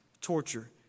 torture